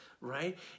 right